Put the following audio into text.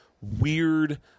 weird